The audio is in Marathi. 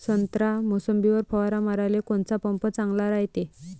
संत्रा, मोसंबीवर फवारा माराले कोनचा पंप चांगला रायते?